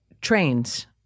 trains